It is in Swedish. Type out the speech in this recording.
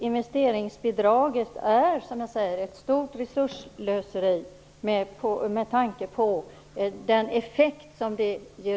Investeringsbidraget är, som jag sade, ett stort resursslöseri med tanke på den effekt som det ger.